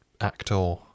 Actor